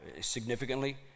significantly